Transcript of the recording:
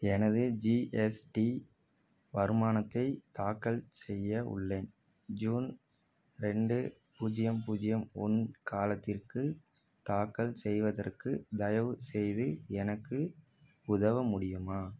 எனது ஜிஎஸ்டி வருமானத்தைத் தாக்கல் செய்ய உள்ளேன் ஜூன் ரெண்டு பூஜ்ஜியம் பூஜ்ஜியம் ஒன்று காலத்திற்கு தாக்கல் செய்வதற்கு தயவுசெய்து எனக்கு உதவ முடியுமா